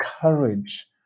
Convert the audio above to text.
courage